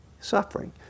suffering